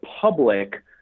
public –